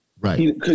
Right